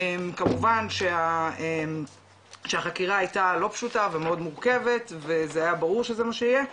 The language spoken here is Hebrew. כמובן שהחקירה הייתה לא פשוטה ומאוד מורכבת וזה היה ברור שזה מה שיהיה.